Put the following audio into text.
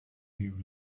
new